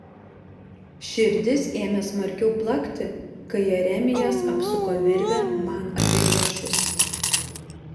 širdis ėmė smarkiau plakti kai jeremijas apsuko virvę man apie riešus